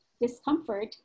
Discomfort